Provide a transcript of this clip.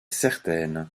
certaine